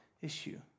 issue